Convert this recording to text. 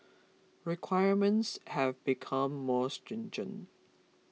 requirements have become more stringent